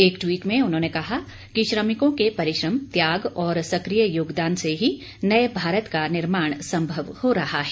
एक टवीट में उन्होंने कहा कि श्रमिकों के परिश्रम त्याग और सकिय योगदान से ही नए भारत का निर्माण संभव हो रहा है